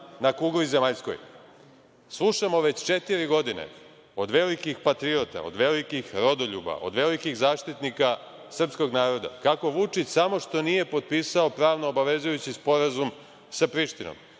na kugli zemaljskoj. Slušamo već četiri godine od velikih patriota, od velikih rodoljuba, od velikih zaštitnika srpskog naroda kako Vučić samo što nije potpisao pravno obavezujući sporazum sa Prištinom,